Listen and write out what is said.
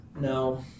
No